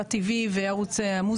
ערוץ הלא TV וערוץ המוסיקה.